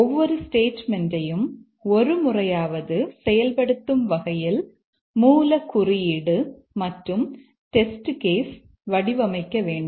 ஒவ்வொரு ஸ்டேட்மெண்ட்யையும் ஒரு முறையாவது செயல்படுத்தும் வகையில் மூலக் குறியீடு மற்றும் டெஸ்ட் கேஸ் வடிவமைக்க வேண்டும்